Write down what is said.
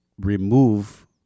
remove